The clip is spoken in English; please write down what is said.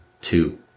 two